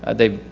they,